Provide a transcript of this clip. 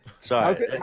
Sorry